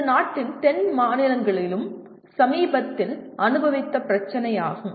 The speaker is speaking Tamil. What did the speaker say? இது நாட்டின் தென் மாநிலங்களிலும் சமீபத்தில் அனுபவித்த பிரச்சினையாகும்